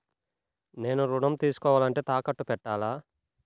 నేను ఋణం తీసుకోవాలంటే తాకట్టు పెట్టాలా?